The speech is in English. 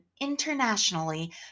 internationally